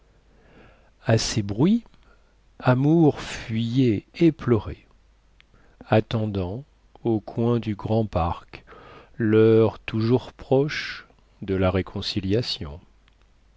ces bruits amour fuyait éploré attendant au coin du grand parc lheure toujours proche de la réconciliation